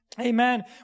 amen